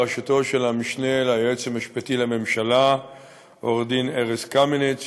בראשותו של המשנה ליועץ המשפטי לממשלה עורך-דין ארז קמיניץ,